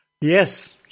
Yes